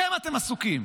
רק בעצמכם אתם עסוקים.